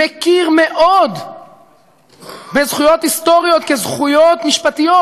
מכיר מאוד בזכויות היסטוריות כזכויות משפטיות.